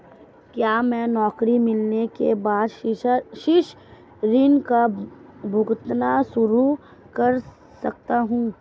क्या मैं नौकरी मिलने के बाद शिक्षा ऋण का भुगतान शुरू कर सकता हूँ?